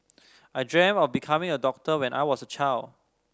I dreamt of becoming a doctor when I was a child